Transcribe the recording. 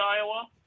Iowa